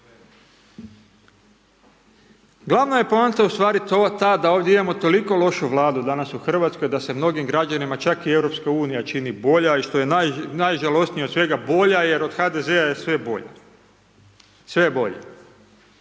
Glavna je poanta u stvari ta da ovdje imamo toliko lošu Vladu danas u Hrvatskoj da se mnogim grđenima čak i Europska unija čini bolja i što je najžalosnija od svega bolja je, jer od HDZ-a je sve bolje. Sve je